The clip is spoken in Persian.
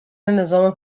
نظام